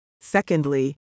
Secondly